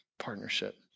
partnership